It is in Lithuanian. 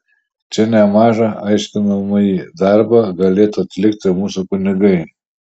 čia nemažą aiškinamąjį darbą galėtų atlikti mūsų kunigai